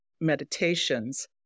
meditations